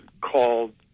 called